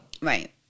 Right